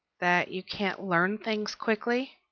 that you can't learn things quickly.